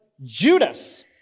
Judas